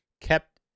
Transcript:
kept